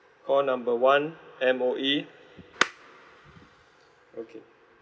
call number one M_O_E okay